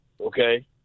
okay